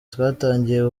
twatangiye